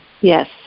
yes